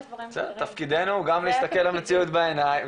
תפקידנו גם להסתכל למציאות בעיניים,